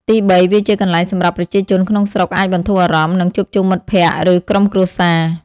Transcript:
ទីបី វាជាកន្លែងសម្រាប់ប្រជាជនក្នុងស្រុកអាចបន្ធូរអារម្មណ៍ និងជួបជុំមិត្តភក្តិ ឬក្រុមគ្រួសារ។